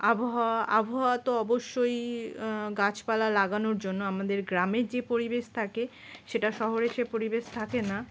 আবহাওয়া আবহাওয়া তো অবশ্যই গাছপালা লাগানোর জন্য আমাদের গ্রামের যে পরিবেশ থাকে সেটা শহরে সে পরিবেশ থাকে না